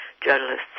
journalists